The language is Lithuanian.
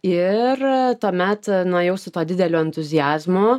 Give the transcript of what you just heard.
ir tuomet nuėjau su tuo dideliu entuziazmu